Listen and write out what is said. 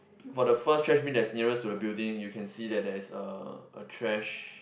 for the first trash bin that is nearest to the building you can see that there is a a trash